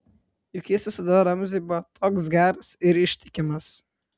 juk jis visada ramziui buvo toks geras ir ištikimas